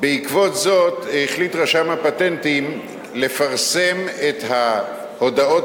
בעקבות זאת החליט רשם הפטנטים לפרסם את ההודעות